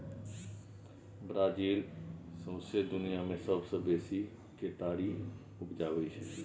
Brazil सौंसे दुनियाँ मे सबसँ बेसी केतारी उपजाबै छै